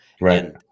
Right